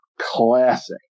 classic